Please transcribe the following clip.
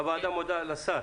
הוועדה מודה לשר